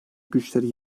güçleri